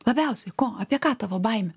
labiausiai ko apie ką tavo baimė